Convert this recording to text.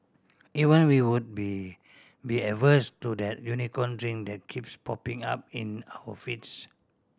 even we would be be averse to that Unicorn Drink that keeps popping up in our feeds